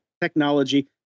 technology